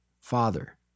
Father